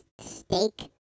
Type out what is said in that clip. Steak